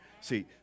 See